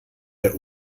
der